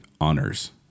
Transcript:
honors